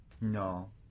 No